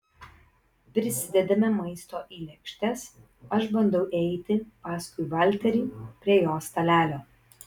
prisidedame maisto į lėkštes aš bandau eiti paskui valterį prie jo stalelio